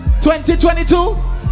2022